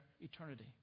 eternity